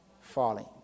falling